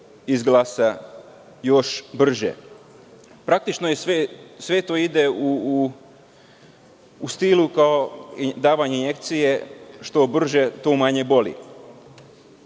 izglasa još brže. Praktično, sve to ide u stilu kao i davanje injekcije – što brže, to manje boli.